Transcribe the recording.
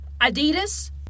Adidas